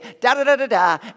da-da-da-da-da